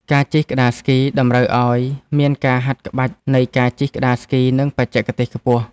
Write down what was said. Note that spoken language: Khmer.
ការជិះក្ដារស្គី តម្រូវឲ្យមានការហាត់ក្បាច់នៃការជិះក្ដារស្គី និងបច្ចេកទេសខ្ពស់។